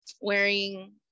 wearing